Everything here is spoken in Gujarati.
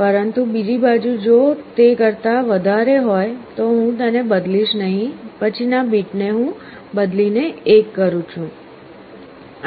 પરંતુ બીજી બાજુ જો તે કરતા વધારે હોય તો હું તેને બદલીશ નહીં પછી ના બીટ ને બદલી ને હું 1 કરું છું